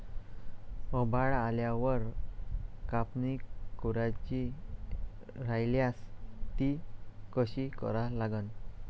आभाळ आल्यावर कापनी करायची राह्यल्यास ती कशी करा लागन?